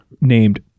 named